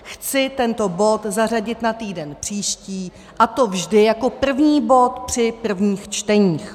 Chci tento bod zařadit na týden příští, a to vždy jako první bod při prvních čteních.